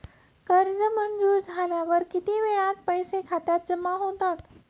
कर्ज मंजूर झाल्यावर किती वेळात पैसे खात्यामध्ये जमा होतात?